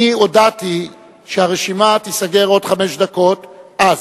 אני הודעתי שהרשימה תיסגר בעוד חמש דקות אז.